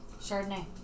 Chardonnay